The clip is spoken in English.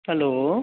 hello